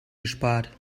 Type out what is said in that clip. gespart